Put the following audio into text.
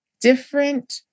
different